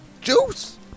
Juice